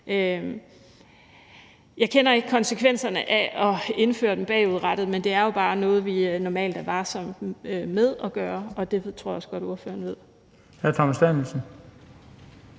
Jeg kender ikke konsekvenserne af at indføre dem bagudrettet, men det er jo bare noget, vi normalt er varsomme med at gøre, og det tror jeg også godt ordføreren ved.